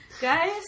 guys